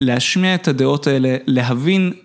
להשמיע את הדעות האלה, להבין.